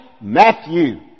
Matthew